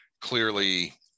Clearly